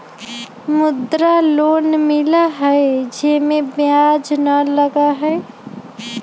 मुद्रा लोन मिलहई जे में ब्याज न लगहई?